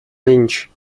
lynch